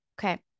Okay